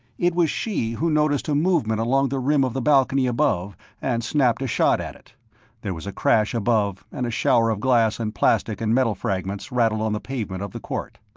it was she who noticed a movement along the rim of the balcony above and snapped a shot at it there was a crash above, and a shower of glass and plastic and metal fragments rattled on the pavement of the court.